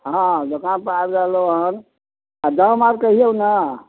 हँ दोकानपर आबि रहलहुँ हन आओर दाम आर कहिऔ ने